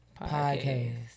Podcast